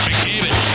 McDavid